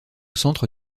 centre